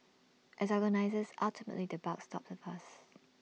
as organisers ultimately the buck stops with us